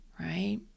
Right